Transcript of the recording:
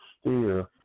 steer